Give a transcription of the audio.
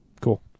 Cool